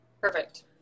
perfect